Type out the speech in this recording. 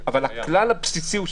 אבל הכלל הבסיסי הוא,